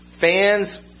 Fans